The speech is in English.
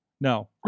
no